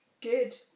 good